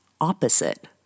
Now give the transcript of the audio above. opposite